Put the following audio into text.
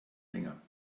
länger